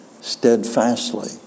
steadfastly